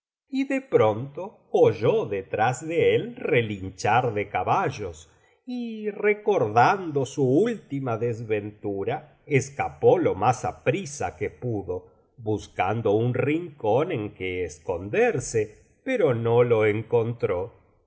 y de pronto oyó detrás de él relinchar de caballos y recordando su última desventura escapó lo más aprisa que pudo buscando un rincón en que esconderse pero no lo encontró y